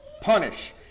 punish